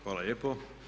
Hvala lijepo.